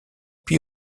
puis